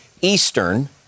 Eastern